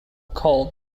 called